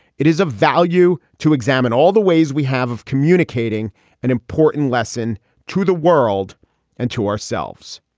it is a value to examine all the ways we have of communicating an important lesson to the world and to ourselves